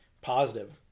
positive